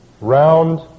round